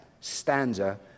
stanza